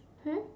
hmm